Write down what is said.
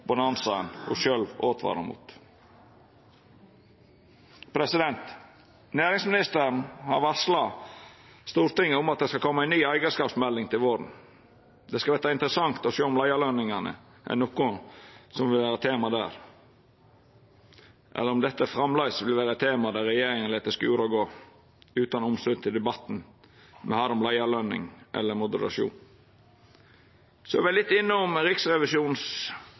mot. Næringsministeren har varsla Stortinget om at det skal koma ei ny eigarskapsmelding til våren. Det skal verta interessant å sjå om leiarløningane er noko som vil vera tema der, eller om dette framleis vil vera eit tema der regjeringa lèt det skura og gå utan omsyn til debatten me har om leiarløningar eller moderasjon. Så vil eg litt innom Riksrevisjonens